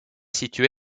situé